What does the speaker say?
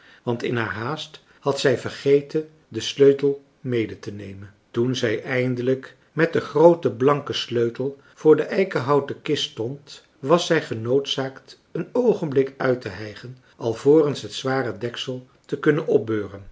want in haar haast had zij vergeten den sleutel medetenemen toen zij eindelijk met den grooten blanken sleutel voor de eikenhouten kist stond was zij genoodzaakt een oogenblik uit te hijgen alvorens het zware deksel te kunnen opbeuren